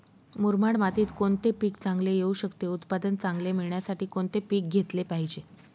मुरमाड मातीत कोणते पीक चांगले येऊ शकते? उत्पादन चांगले मिळण्यासाठी कोणते पीक घेतले पाहिजे?